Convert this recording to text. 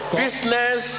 business